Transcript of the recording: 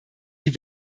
die